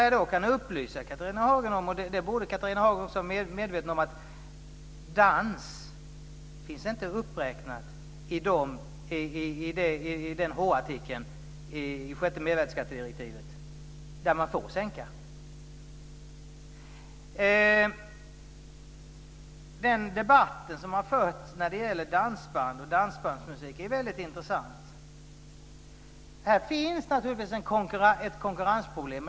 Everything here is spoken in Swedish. Jag kan upplysa Catharina Hagen - och det borde Catharina Hagen vara medveten om - att dans finns inte uppräknat i artikel H i sjätte mervärdesskattedirektivet. Den debatt som har förts om dansband och dansbandsmusik är intressant. Här finns naturligtvis ett konkurrensproblem.